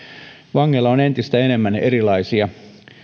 vangeilla on entistä enemmän erilaisia